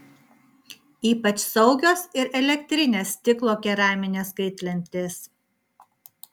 ypač saugios ir elektrinės stiklo keraminės kaitlentės